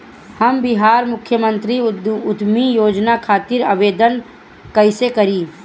हम बिहार मुख्यमंत्री उद्यमी योजना खातिर आवेदन कईसे करी?